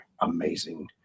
amazing